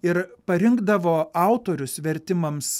ir parinkdavo autorius vertimams